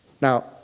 Now